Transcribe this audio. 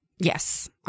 Yes